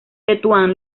tetuán